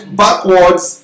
backwards